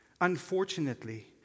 unfortunately